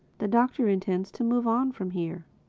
the doctor intends to move on from here?